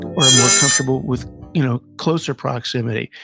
or are more comfortable with you know closer proximity.